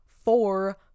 four